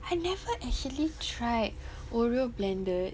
I never actually tried oreo blended